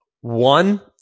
One